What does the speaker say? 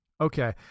Okay